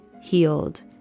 healed